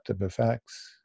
effects